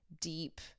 deep